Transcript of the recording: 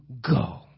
go